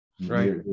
Right